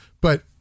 But-